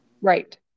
Right